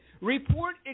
report